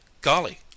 Golly